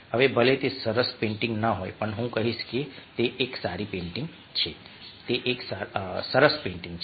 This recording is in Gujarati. હવે ભલે તે સરસ પેઇન્ટિંગ ન હોય પણ હું કહીશ કે તે એક સારી પેઇન્ટિંગ છે તે એક સરસ પેઇન્ટિંગ છે